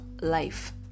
life